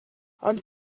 ond